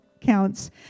counts